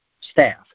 staff